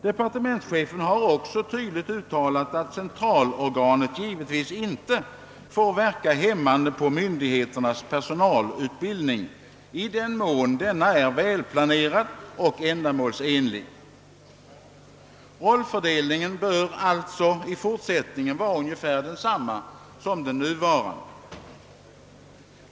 Departementschefen har också tydligt uttalat, att centralorganet givetvis inte får verka hämmande på myndigheternas personalutbildning i den mån den är välplanerad och ändamålsenlig. Rollfördelningen bör alltså i fortsättningen vara ungefär densamma som för närvarande.